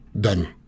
done